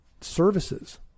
services